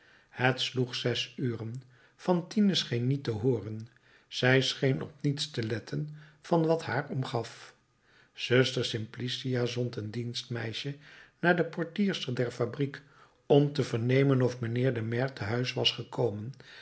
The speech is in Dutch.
het sloeg zes uren fantine scheen niet te hooren zij scheen op niets te letten van wat haar omgaf zuster simplicia zond een dienstmeisje naar de portierster der fabriek om te vernemen of mijnheer de maire te huis was gekomen